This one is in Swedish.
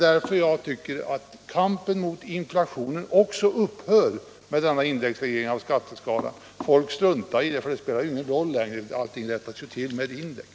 Därför tycker jag att kampen mot inflationen också upphör med denna indexreglering. Folk struntar i inflationen. Den spelar ingen roll längre, för allting rättas ju till med index.